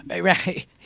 Right